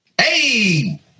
Hey